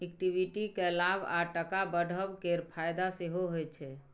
equity केँ लाभ आ टका बढ़ब केर फाएदा सेहो होइ छै